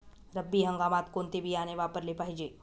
रब्बी हंगामात कोणते बियाणे वापरले पाहिजे?